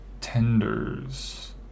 tenders